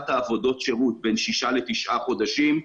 עבודות השירות בין שישה לתשעה חודשים.